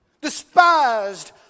despised